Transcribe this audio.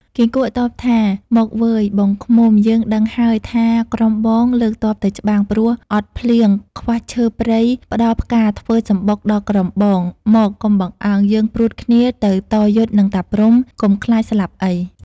គីង្គក់តបថា “ មកវ៉ឺយ ! បងឃ្មុំ! យើងដឹងហើយថាក្រុមបង លើកទ័ពទៅច្បាំង ព្រោះអត់ភ្លៀងខ្វះឈើព្រៃផ្តល់ផ្កាធ្វើសំបុកដល់ក្រុមបង មកកុំបង្អង់ យើងព្រួតគ្នាទៅតយុទ្ធនឹងតាព្រហ្មកុំខ្លាចស្លាប់អី" ។